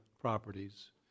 properties